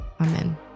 Amen